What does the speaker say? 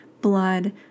blood